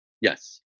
Yes